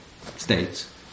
states